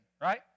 Right